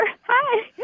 Hi